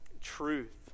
truth